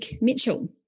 Mitchell